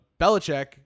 Belichick